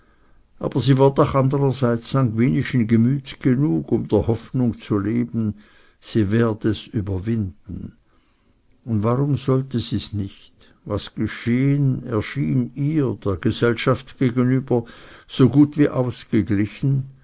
aber sie war doch andrerseits sanguinischen gemüts genug um der hoffnung zu leben sie werd es überwinden und warum sollte sie's nicht was geschehen erschien ihr der gesellschaft gegenüber so gut wie ausgeglichen